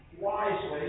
wisely